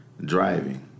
driving